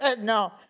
No